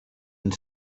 and